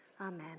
Amen